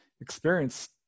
experience